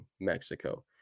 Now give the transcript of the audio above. Mexico